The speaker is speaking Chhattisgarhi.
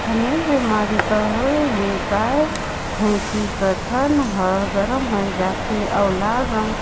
थनैल बेमारी कर होए ले गाय, भइसी कर थन ह गरम हो जाथे अउ लाल रंग